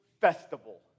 festival